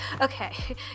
Okay